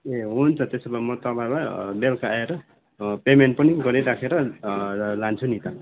ए हुन्छ त्यसोभए म तपाईँलाई बेलुका आएर पेमेन्ट पनि गरि राखेर लान्छु नि त